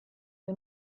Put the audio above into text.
che